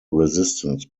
resistance